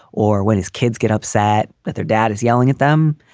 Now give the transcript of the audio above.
or when his kids get upset with their dad is yelling at them.